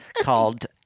called